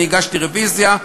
אני הגשתי רוויזיה.